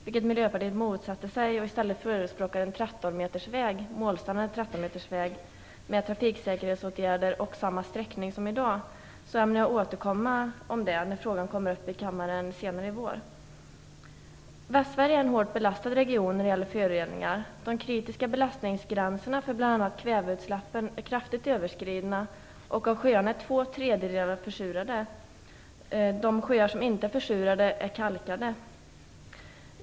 Vi förespråkar i stället målstandarden 13 metersväg med trafiksäkerhetsåtgärder och samma sträckning som i dag. Jag ämnar återkomma till frågan när den kommer upp i kammaren senare i vår. Västsverige är en hårt belastad region när det gäller föroreningar. De kritiska belastningsgränserna för bl.a. kväveutsläpp är kraftigt överskridna, och av sjöarna är två tredjedelar försurade. De sjöar som inte är försurade är kalkade.